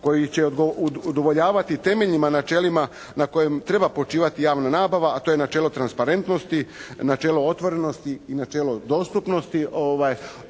koji će udovoljavati i temeljnim načelima na kojima treba počivati javna nabava a to je načelo transparentnosti, načelo otvorenosti i načelo dostupnosti,